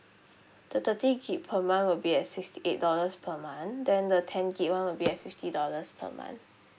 the thirty gig per month will be at sixty eight dollars per month then the ten gig [one] will be at fifty dollars per month